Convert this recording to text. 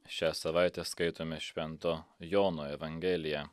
šią savaitę skaitome švento jono evangeliją